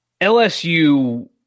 LSU